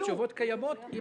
התשובות קיימות.